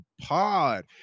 pod